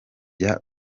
jya